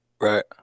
Right